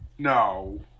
No